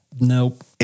Nope